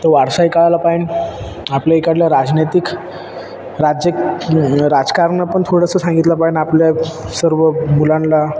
तो वारसाही कळाला पायेन आपल्या इकडला राजनैतिक राज्य राजकारण पण थोडंसं सांगितलं पायेन आपल्या सर्व मुलांला